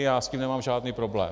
Já s tím nemám žádný problém.